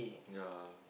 ya